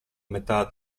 metà